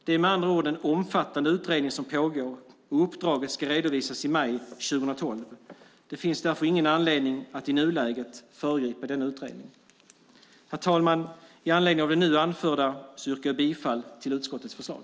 Det är med andra ord en omfattande utredning som pågår, och uppdraget ska redovisas i maj 2012. Det finns därför ingen anledning att i nuläget föregripa denna utredning. Herr talman! I anledning av det nu anförda yrkar jag bifall till utskottets förslag.